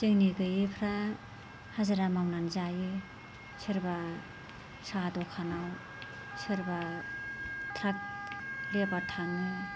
जोंनि गैयैफ्रा हाजिरा मावनानै जायो सोरबा साहा दखानाव सोरबा ट्राक लेबार थाङो